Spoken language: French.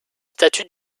statues